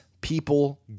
People